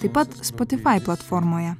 taip pat spotifai platformoje